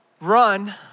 run